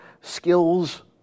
skills